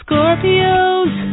Scorpios